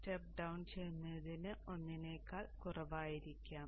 step down ചെയ്യുന്നതിന് 1 ൽ കുറവായിരിക്കാം